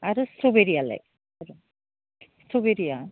आरो स्ट्र'बेरियालाय स्ट्र'बेरिया